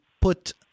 put